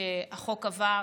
שהחוק עבר